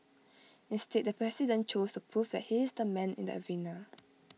instead the president chose to prove that he is the man in the arena